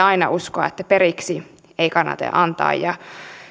aina uskoa että periksi ei kannata antaa ja